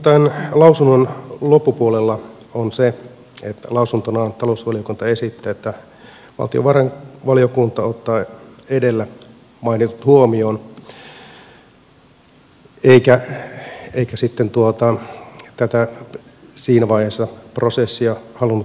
tämän lausunnon loppupuolella on se että lausuntonaan talousvaliokunta esittää että valtiovarainvaliokunta ottaa edellä mainitut huomioon eikä sitten tätä siinä vaiheessa prosessia halunnut pysäyttää